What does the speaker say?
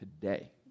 today